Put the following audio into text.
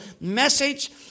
message